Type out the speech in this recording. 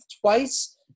twice